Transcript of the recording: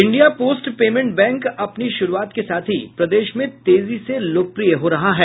India post payments bank अपनी श्रुआत के साथ ही प्रदेश में तेजी से लोकप्रिय हो रहा है